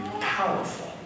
powerful